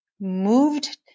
moved